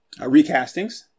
recastings